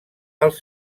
els